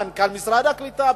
מנכ"ל משרד הקליטה,